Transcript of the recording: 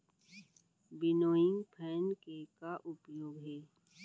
Winnowing fan के का उपयोग हे?